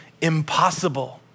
impossible